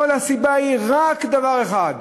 כל הסיבה היא רק דבר אחד,